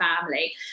family